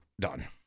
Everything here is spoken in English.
done